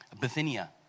bithynia